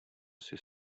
asi